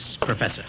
Professor